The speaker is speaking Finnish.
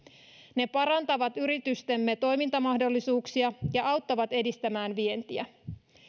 ne parantavat yritystemme toimintamahdollisuuksia ja auttavat edistämään vientiä